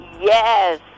Yes